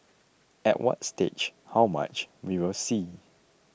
at what stage how much we will see